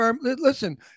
listen